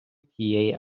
тієї